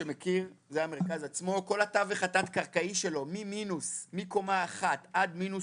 כל התווך התת קרקעי שלו מקומה אחת עד מינוס